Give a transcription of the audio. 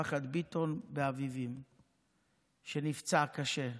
ממשפחת ביטון מאביבים שנפצע קשה.